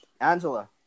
Angela